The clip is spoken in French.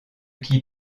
qui